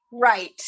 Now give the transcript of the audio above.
Right